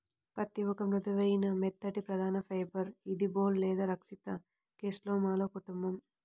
పత్తిఒక మృదువైన, మెత్తటిప్రధానఫైబర్ఇదిబోల్ లేదా రక్షిత కేస్లోమాలో కుటుంబం